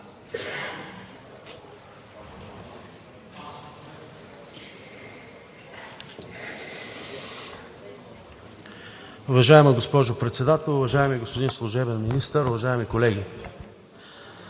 Уважаема госпожо Председател, уважаеми господин Служебен министър, уважаеми колеги!